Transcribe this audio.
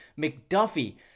McDuffie